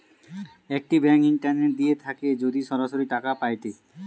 একটি bank internet দিয়ে থাকে যদি সরাসরি টাকা পায়েটে